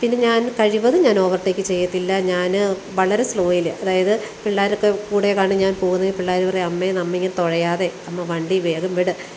പിന്നെ ഞാൻ കഴിവതും ഞാൻ ഓവർടേക്ക് ചെയ്യത്തില്ല ഞാൻ വളരെ സ്ലോയിൽ അതായത് പിള്ളേരൊക്കെ കൂടിയ കാരണം ഞാൻ പോകുന്നെങ്കിൽ പിള്ളേർ പറയും അമ്മേ നമ്മളിങ്ങനെ തുഴയാതെ അമ്മ വണ്ടി വേഗം വിട്